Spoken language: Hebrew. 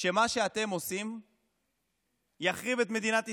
שמה שאתם עושים יחריב את מדינת ישראל?